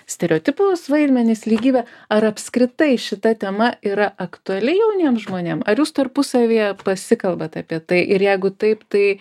stereotipus vaidmenis lygybę ar apskritai šita tema yra aktuali jauniem žmonėm ar jūs tarpusavyje pasikalbat apie tai ir jeigu taip tai